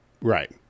Right